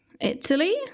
Italy